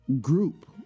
group